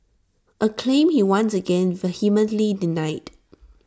A claim he once again vehemently denied